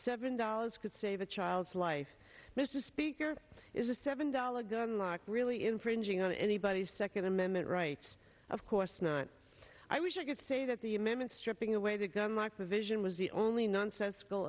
seven dollars could save a child's life mr speaker is a seven dollar gunlock really infringing on anybody's second amendment rights of course not i wish i could say that the amendment stripping away the gun like vision was the only nonsensical